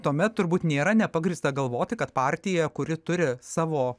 tuomet turbūt nėra nepagrįsta galvoti kad partija kuri turi savo